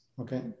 okay